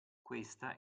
questa